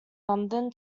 london